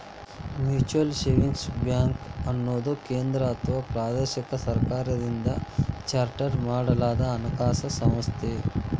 mutual savings ಬ್ಯಾಂಕ್ಅನ್ನುದು ಕೇಂದ್ರ ಅಥವಾ ಪ್ರಾದೇಶಿಕ ಸರ್ಕಾರದಿಂದ ಚಾರ್ಟರ್ ಮಾಡಲಾದಹಣಕಾಸು ಸಂಸ್ಥೆ